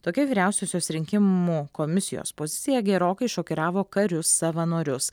tokia vyriausiosios rinkimų komisijos pozicija gerokai šokiravo karius savanorius